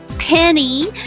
Penny